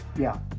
yeah.